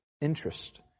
interest